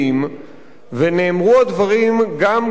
ונאמרו הדברים גם כאן, מעל במת הכנסת,